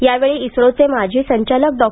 यावेळी इस्त्रोचे माजी संचालक डॉ